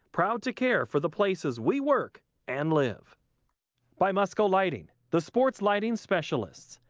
proud to care for the places we work and live by musco lighting, the sports lighting specialists,